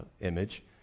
image